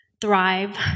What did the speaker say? thrive